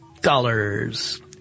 dollars